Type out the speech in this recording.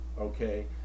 Okay